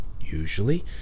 usually